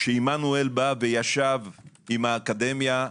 כשעמנואל בא וישב עם האקדמיה,